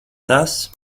tas